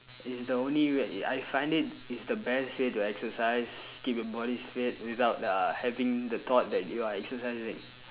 it's the only way I find it it's the best way to exercise keep your body's fit without uh having the thought that you are exercising